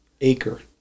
Acre